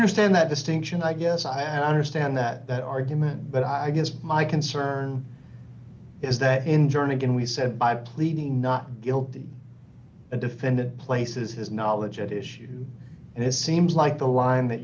understand that distinction i guess i am a stand that argument but i guess my concern is that in turn again we said by pleading not guilty a defendant places his knowledge at issue and it seems like the line that